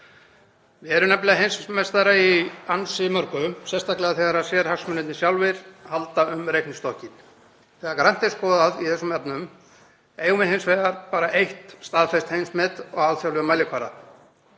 Við erum nefnilega heimsmeistarar í ansi mörgu, sérstaklega þegar sérhagsmunirnir sjálfir halda um reiknistokkinn. Þegar grannt er skoðað í þessum efnum eigum við hins vegar bara eitt staðfest heimsmet á alþjóðlegum mælikvarða